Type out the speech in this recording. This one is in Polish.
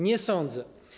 Nie sądzę.